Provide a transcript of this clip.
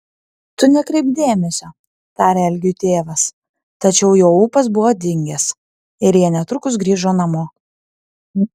tu nekreipk dėmesio tarė algiui tėvas tačiau jo ūpas buvo dingęs ir jie netrukus grįžo namo